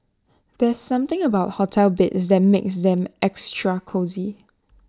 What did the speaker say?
there's something about hotel beds that makes them extra cosy